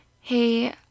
hey